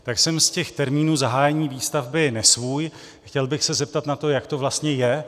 Tak jsem z těch termínů zahájení výstavby nesvůj a chtěl bych se zeptat na to, jak to vlastně je.